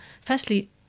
firstly